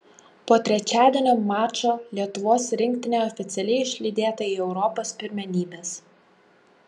po trečiadienio mačo lietuvos rinktinė oficialiai išlydėta į europos pirmenybes